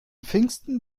pfingsten